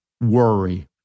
worry